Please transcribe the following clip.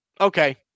Okay